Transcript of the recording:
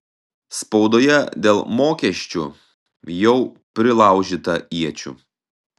spaudoje dėl mokesčių jau prilaužyta iečių